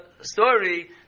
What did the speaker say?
story